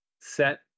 set